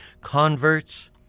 converts